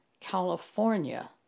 California